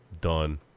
Done